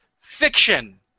fiction